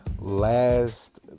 last